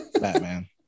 Batman